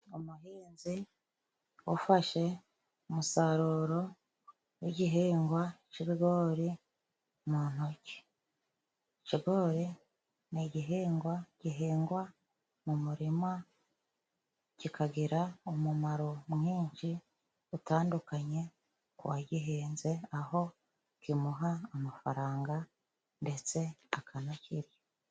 Umuhinzi ufashe umusaruro w'igihingwa c'ibigori mu ntoki. Ikigori ni igihingwa gihingwa mu murima kikagira umumaro mwinshi utandukanye k'uwagihinze, aho kimuha amafaranga ndetse akanakira.